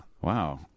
Wow